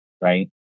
Right